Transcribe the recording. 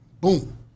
Boom